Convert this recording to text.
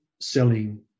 selling